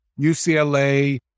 UCLA